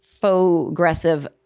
faux-aggressive